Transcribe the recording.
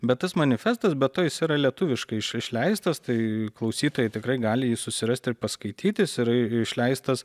bet tas manifestas be to jis yra lietuviškai iš išleistas tai klausytojai tikrai gali jį susirasti ir paskaityti jis yra išleistas